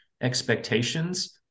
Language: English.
expectations